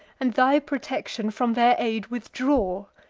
and thy protection from their aid withdraw.